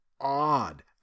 odd